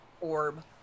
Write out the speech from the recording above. orb